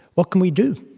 what can we do?